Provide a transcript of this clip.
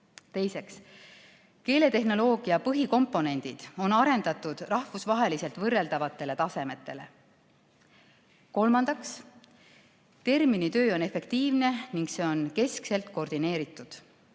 Teiseks, keeletehnoloogia põhikomponendid on arendatud rahvusvaheliselt võrreldavatele tasemetele. Kolmandaks, terminitöö on efektiivne ning see on keskselt koordineeritud.